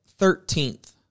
Thirteenth